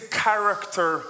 character